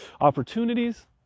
opportunities